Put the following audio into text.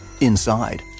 Inside